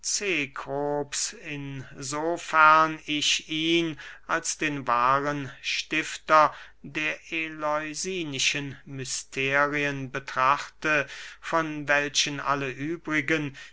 in so fern ich ihn als den wahren stifter der eleusinischen mysterien betrachte von welchen alle übrigen